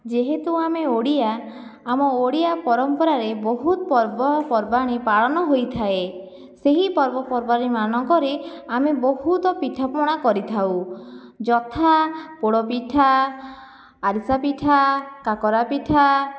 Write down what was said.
ଯେହେତୁ ଆମେ ଓଡ଼ିଆ ଆମ ଓଡ଼ିଆ ପରମ୍ପରାରେ ବହୁତ ପର୍ବ ଓ ପର୍ବାଣି ପାଳନ ହୋଇଥାଏ ସେହି ପର୍ବପର୍ବାଣିମାନଙ୍କରେ ଆମେ ବହୁତ ପିଠାପଣା କରିଥାଉ ଯଥା ପୋଡ଼ପିଠା ଆରିସା ପିଠା କାକରା ପିଠା